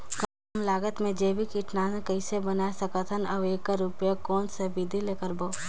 कम लागत मे जैविक कीटनाशक कइसे बनाय सकत हन अउ एकर उपयोग कौन विधि ले करबो?